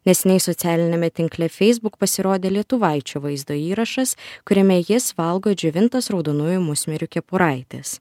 neseniai socialiniame tinkle feisbuk pasirodė lietuvaičio vaizdo įrašas kuriame jis valgo džiovintas raudonųjų musmirių kepuraites